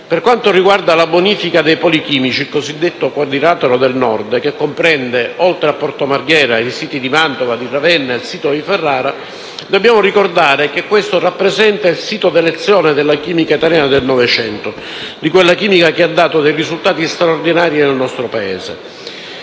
Per quanto riguarda la bonifica dei poli chimici, il cosiddetto quadrilatero del Nord, che comprende, oltre a Porto Marghera, i siti di Mantova, Ravenna e Ferrara, dobbiamo ricordare che questo rappresenta il sito d'elezione della chimica italiana del Novecento: di quella chimica che ha dato risultati straordinari nel nostro Paese.